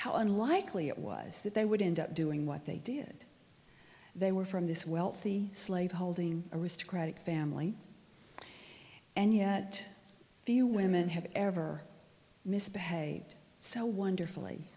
how unlikely it was that they would end up doing what they did they were from this wealthy slaveholding aristocratic family and yet few women have ever misbehaved so wonderfully